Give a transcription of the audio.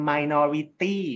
Minority